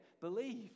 Believe